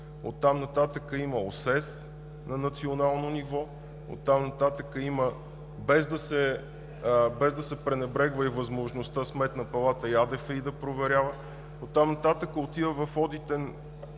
Оттам нататък има ОСЕС на национално ниво, без да се пренебрегва и възможността Сметна палата и АДФИ да проверяват, оттам нататък отива в одитен